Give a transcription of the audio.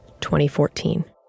2014